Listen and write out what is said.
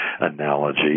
analogy